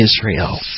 Israel